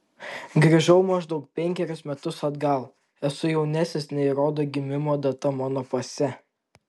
grįžau maždaug penkerius metus atgal esu jaunesnis nei rodo gimimo data mano pase